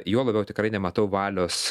juo labiau tikrai nematau valios